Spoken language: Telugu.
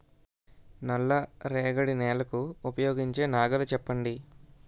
నల్ల రేగడి నెలకు ఉపయోగించే నాగలి చెప్పండి?